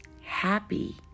happy